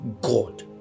God